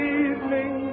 evening